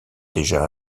déjà